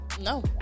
No